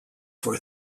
for